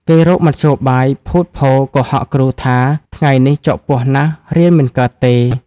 គេរកមធ្យោបាយភូត ភរ កុហកគ្រូថា ថ្ងៃនេះចុកពោះណាស់រៀនមិនកើតទេ ។